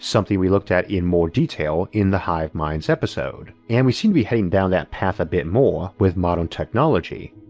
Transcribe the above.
something we looked at in more detail in the hive minds episode, and we seem to be heading down that path a bit more with modern technology.